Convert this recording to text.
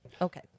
okay